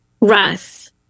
Russ